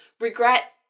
regret